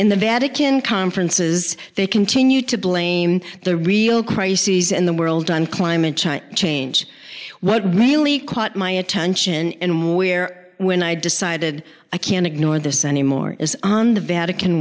in the vatican conferences they continue to blame the real crises in the world on climate change what really caught my attention and where when i decided i can't ignore this anymore is on the vatican